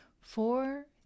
four